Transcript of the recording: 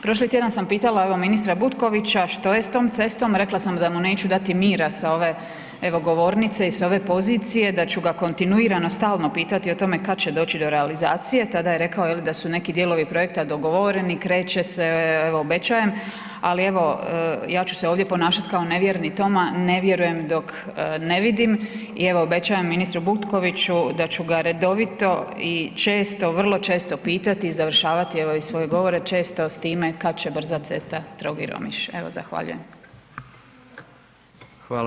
Prošli tjedan sam pitala evo ministra Butkovića što je s tom cestom, rekla sam da mu neću dati mira sa ove evo govornice i s ove pozicije, da ću ga kontinuirano stalno pitati o tome kad će doći do realizacije, tada je rekao, je li, da su neki dijelovi projekti dogovoreni, kreće se, evo obećajem, ali evo ja ću se ovdje ponašati kao nevjerni Toma, ne vjerujem dok ne vidim i evo obećajem ministru Butkoviću da ću ga redovito i često, vrlo često pitati i završavati evo i svoje govore često s time kad će brza cesta Trogir-Omiš, evo zahvaljujem.